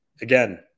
again